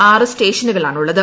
ആറ് സ്റ്റേഷനുകളാണ് ഉള്ളത്